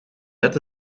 net